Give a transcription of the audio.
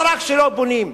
לא רק שלא בונים,